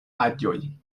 aĵoj